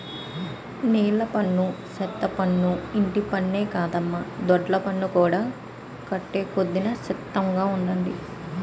నీలపన్ను, సెత్తపన్ను, ఇంటిపన్నే కాదమ్మో దొడ్డిపన్ను కూడా కట్టాలటొదినా సిత్రంగా